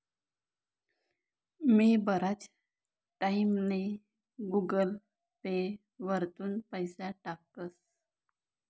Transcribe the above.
मी बराच टाईमले Google Pay वरथून पैसा टाकस